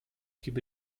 gebe